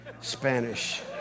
Spanish